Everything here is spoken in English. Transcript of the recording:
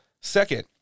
Second